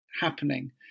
happening